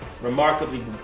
remarkably